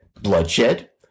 bloodshed